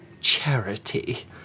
charity